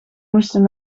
moesten